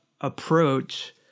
approach